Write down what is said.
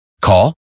Call